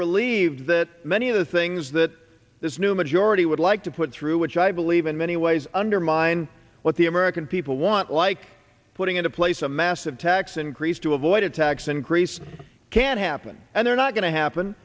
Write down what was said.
relieved that many of the things that this new majority would like to put through which i believe in many ways undermine what the american people want like putting into place a massive tax increase to avoid a tax increase can happen and they're not going to happen